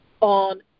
on